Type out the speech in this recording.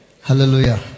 Hallelujah